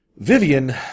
Vivian